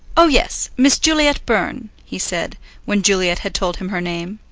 oh yes, miss juliet byrne, he said when juliet had told him her name.